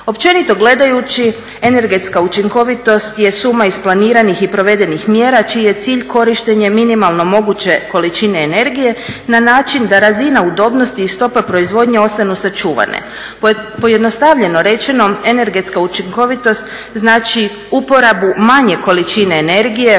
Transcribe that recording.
Općenito gledajući energetska učinkovitost je suma isplaniranih i provedenih mjera čiji je cilj korištenje minimalno moguće količine energije na način da razina udobnosti i stopa proizvodnje ostanu sačuvane. Pojednostavljeno rečeno energetska učinkovitost znači uporabu manje količine energije